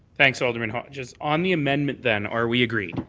thanks, alderman hodges. on the amendment then are we agreed?